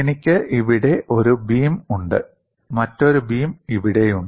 എനിക്ക് ഇവിടെ ഒരു ബീം ഉണ്ട് മറ്റൊരു ബീം ഇവിടെയുണ്ട്